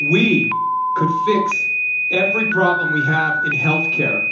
we could fix every problem we have in healthcare